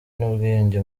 n’ubwiyunge